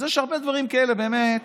אז יש הרבה דברים כאלה, באמת,